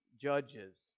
Judges